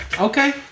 Okay